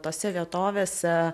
tose vietovėse